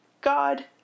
god